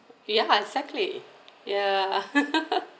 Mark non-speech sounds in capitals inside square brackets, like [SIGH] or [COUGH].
yeah exactly yeah [LAUGHS]